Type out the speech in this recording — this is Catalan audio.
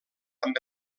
amb